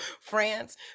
France